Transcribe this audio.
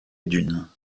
dunes